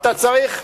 אתה צריך,